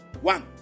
One